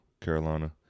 Carolina